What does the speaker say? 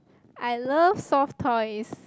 I love soft toys